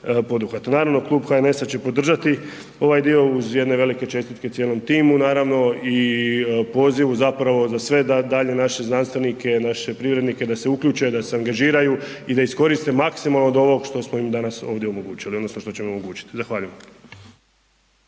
Naravno, Klub HNS-a će podržati ovaj dio uz jedne velike čestitke cijelom timu, naravno i pozivu zapravo za sve da dalje naše znanstvenike, naše privrednike, da se uključe, da se angažiraju i da iskoriste maksimalno od ovog što smo im danas ovdje omogućili odnosno što ćemo im omogućit. Zahvaljujem.